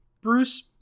Bruce